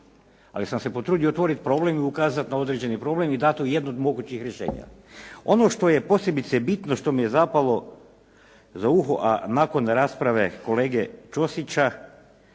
ali sam se potrudio otvoriti problem i ukazati na određeni problem i dati jedno od mogućih rješenja. Ono što je posebice bitno što mi je zapalo za uho a nakon rasprave kolege Ćosića